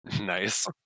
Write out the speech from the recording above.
Nice